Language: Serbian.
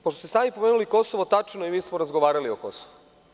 Pošto ste sami spomenuli Kosovo, tačno je, mi smo razgovarali o Kosovu.